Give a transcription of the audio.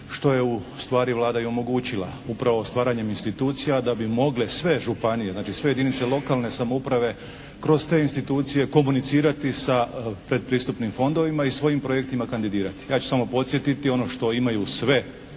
što je u stvari Vlada i omogućila. Upravo stvaranjem institucija da bi mogle sve županije, znači sve jedinice lokalne samouprave kroz te institucije komunicirati sa predpristupnim fondovima i svojim projektima kandidirati. Ja ću samo podsjetiti ono što imaju sve